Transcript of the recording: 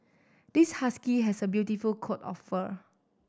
this husky has a beautiful coat of fur